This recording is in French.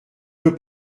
peux